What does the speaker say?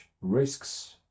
risks